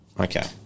Okay